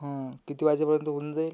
हं किती वाजेपर्यंत होऊन जाईल